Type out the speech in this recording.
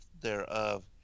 thereof